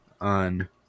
on